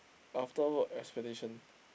after work expectation